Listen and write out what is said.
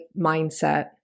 mindset